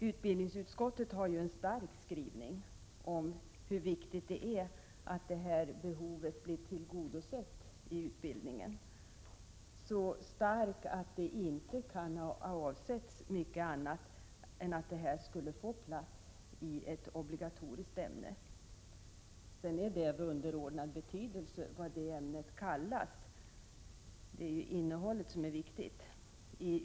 Utbildningsutskottet har ju en stark skrivning om hur viktigt det är att det här behovet blir tillgodosett i utbildningen — så stark att det inte kan ha avsetts mycket annat än att dessa frågor skall få plats i ett obligatoriskt ämne. Sedan är det av underordnad betydelse vad det ämnet kallas, för det är innehållet som är viktigt.